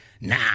Nah